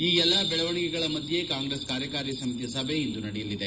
ಈ ಎಲ್ಲಾ ದೆಳವಣಿಗೆಗಳ ಮಧ್ಯೆ ಕಾಂಗ್ರೆಸ್ ಕಾರ್ಯಕಾರಿ ಸಮಿತಿ ಸಭೆ ಇಂದು ನಡೆಯಲಿದೆ